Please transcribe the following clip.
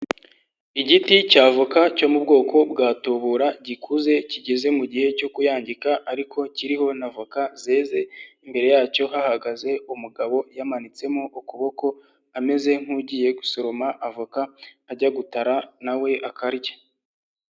Igiti cy'avoka cyo mu bwoko bwa tubura, gikuze, kigeze mu gihe cyo kuyangika ariko kiriho na voka zeze, imbere yacyo hahagaze umugabo yamanitsemo ukuboko ameze nk'ugiye gusoroma avoka ajya gutara na we akarya.